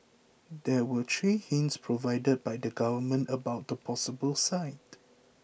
there were three hints provided by the government about the possible site